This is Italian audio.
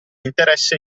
interesse